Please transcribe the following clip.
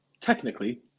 technically